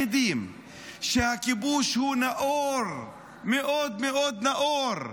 שהכיבוש הוא נאור, מאוד מאוד נאור,